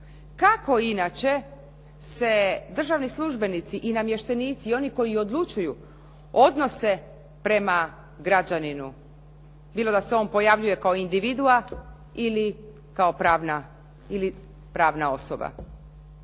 kako inače se državni službenici i namještenici i oni koji odlučuju odnose prema građaninu, bilo da se on pojavljuje kao individua ili kao pravna osoba.